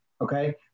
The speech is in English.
Okay